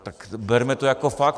Tak to berme jako fakt.